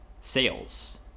sales